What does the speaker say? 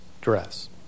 dress